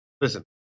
listen